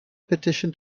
petition